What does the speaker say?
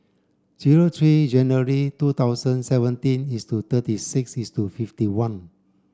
zero three January two thousand seventeen is to thirty six is to fifty one